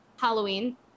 Halloween